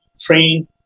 train